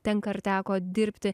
tenka ir teko dirbti